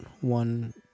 one